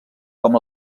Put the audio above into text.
com